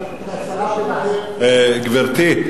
גברתי,